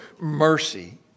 mercy